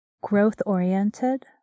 growth-oriented